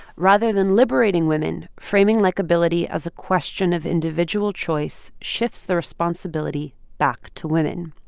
rather than liberating women, framing likeability as a question of individual choice shifts the responsibility back to women.